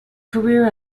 career